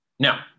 Now